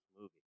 movie